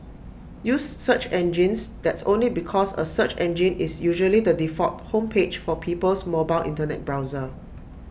use search engines that's only because A search engine is usually the default home page for people's mobile Internet browser